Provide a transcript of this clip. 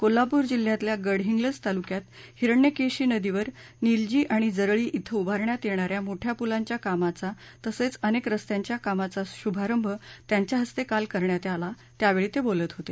कोल्हापूर जिल्ह्यातल्या गडहिंग्लज तालुक्यात हिरण्यकेशी नदीवर निलजी आणि जरळी इथं उभारण्यात येणाऱ्या मोठ्या पुलांच्या कामाचा तसंच अनेक रस्त्यांच्या कामाचा शुभारंभ त्यांच्या हस्ते काल करण्यात आला त्यावेळी ते बोलत होते